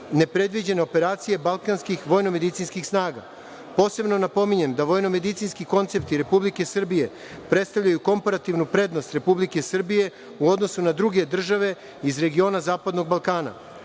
nepredviđene operacije Balkanski vojnomedicinskih snaga. Posle napominjem da vojnomedicinski koncepti Republike Srbije predstavljaju komparativnu prednost Republike Srbije u odnosu na druge države iz regiona zapadnog Balkana.